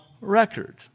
record